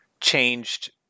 changed